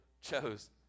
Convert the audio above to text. chose